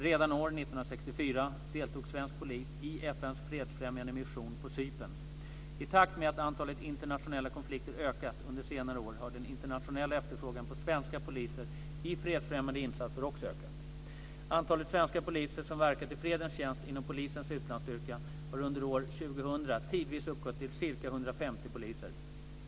Redan år 1964 deltog svensk polis i FN:s fredsfrämjande mission på Cypern. I takt med att antalet internationella konflikter ökat under senare år har den internationella efterfrågan på svenska poliser i fredsfrämjande insatser också ökat. Antalet svenska poliser som verkat i fredens tjänst inom Polisens utlandsstyrka har under år 2000 tidvis uppgått till ca 150 poliser.